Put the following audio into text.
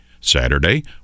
Saturday